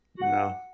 No